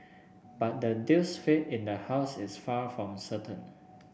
but the deal's fate in the House is far from certain